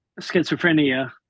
schizophrenia